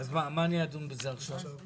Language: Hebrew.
מה שאנחנו הצענו, היות